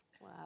Wow